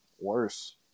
worse